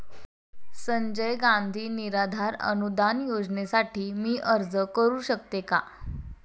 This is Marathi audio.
संजय गांधी निराधार अनुदान योजनेसाठी मी अर्ज करू शकते का?